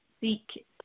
seek